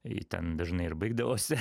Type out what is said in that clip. itin dažnai ir baigdavosi